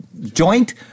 joint